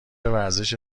ورزش